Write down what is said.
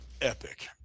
Epic